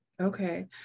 Okay